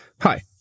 Hi